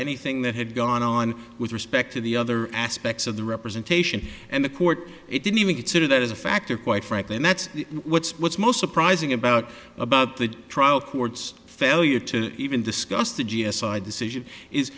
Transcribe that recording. anything that had gone on with respect to the other aspects of the representation and the court it didn't even consider that as a factor quite frankly and that's what's what's most surprising about about the trial court's failure to even discuss the g s r decision is